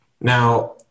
Now